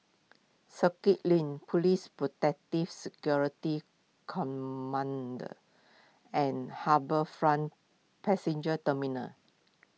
Circuit Link Police Protective Security Command and HarbourFront Passenger Terminal